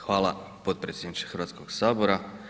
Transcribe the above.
Hvala potpredsjedniče Hrvatskog sabora.